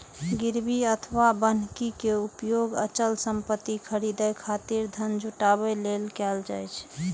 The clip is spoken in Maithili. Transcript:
गिरवी अथवा बन्हकी के उपयोग अचल संपत्ति खरीदै खातिर धन जुटाबै लेल कैल जाइ छै